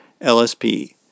LSP